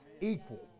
Equal